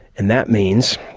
and that means